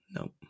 Nope